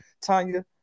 Tanya